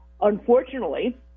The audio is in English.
Unfortunately